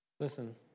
Listen